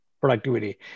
productivity